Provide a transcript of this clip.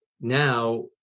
now